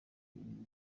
yoherereza